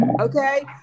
okay